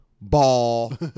Ball